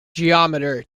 geometer